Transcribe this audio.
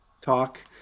talk